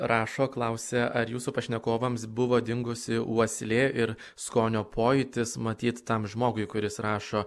rašo klausia ar jūsų pašnekovams buvo dingusi uoslė ir skonio pojūtis matyt tam žmogui kuris rašo